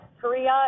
Korea